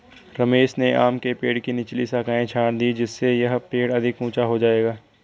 रमेश ने आम के पेड़ की निचली शाखाएं छाँट दीं जिससे यह पेड़ अधिक ऊंचा हो जाएगा